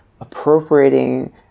appropriating